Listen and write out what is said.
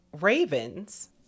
Ravens